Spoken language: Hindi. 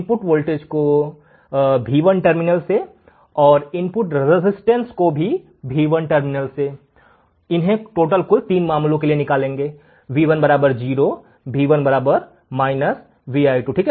इनपुट वोल्टेज को V1 टर्मिनल से और इनपुट रसिस्टेंस को भी V1 टर्मिनल से तीन मामलों के लिए निकालेंगे V1 0 और V1 V i2